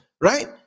right